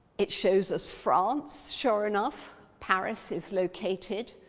it shows us france, sure enough. paris is located.